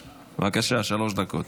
בבקשה, שלוש דקות.